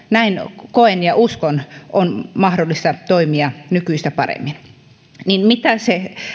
näin koen ja uskon on mahdollista toimia nykyistä paremmin siitä mitä se